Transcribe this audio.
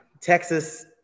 Texas